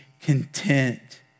content